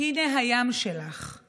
הינה הים שלך /